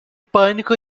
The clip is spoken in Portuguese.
pânico